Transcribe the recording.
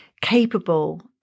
capable